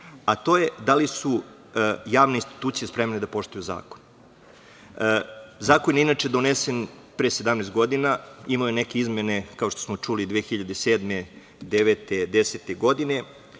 a to je da li su javne institucije spremne da poštuju zakon. Zakon je inače donesen pre 17 godina. Imao je neke izmene, kao što smo čuli, 2007, 2009. i 2010 godine,